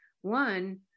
One